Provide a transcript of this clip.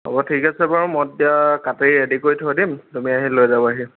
হ'ব ঠিক আছে বাৰু মই তেতিয়া কাটি ৰেডি কৰি থৈ দিম তুমি আহি লৈ যাবাহি